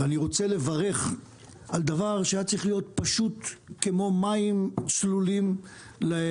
ואני רוצה לברך על דבר שהיה צריך להיות פשוט כמו מים צלולים לצמא: